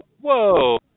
Whoa